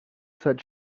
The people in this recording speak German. zeit